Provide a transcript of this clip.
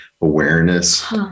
awareness